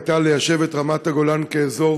הייתה ליישב את רמת הגולן כאזור